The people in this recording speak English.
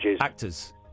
Actors